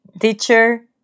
teacher